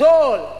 זול.